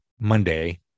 Monday